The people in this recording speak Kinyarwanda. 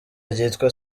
ryitwa